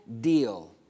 deal